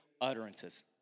utterances